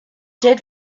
did